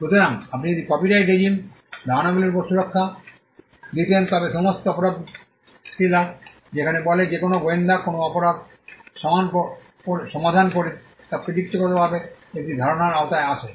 সুতরাং আপনি যদি কপিরাইট রেজিম ধারণাগুলির উপর সুরক্ষা দিতেন তবে সমস্ত অপরাধ থ্রিলার যেখানে বলে যে কোনও গোয়েন্দা কোনও অপরাধ সমাধান করে তা প্রযুক্তিগতভাবে একই ধারণার আওতায় আসে